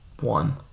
One